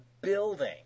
building